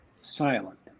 silent